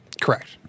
Correct